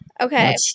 Okay